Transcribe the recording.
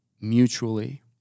mutually